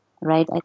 right